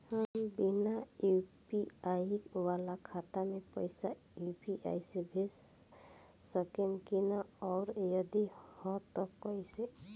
हम बिना यू.पी.आई वाला खाता मे पैसा यू.पी.आई से भेज सकेम की ना और जदि हाँ त कईसे?